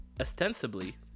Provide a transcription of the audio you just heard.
Ostensibly